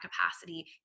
capacity